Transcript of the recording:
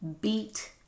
beat